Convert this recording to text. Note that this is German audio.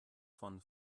von